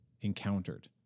encountered